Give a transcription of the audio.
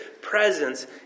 presence